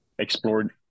explored